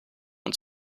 und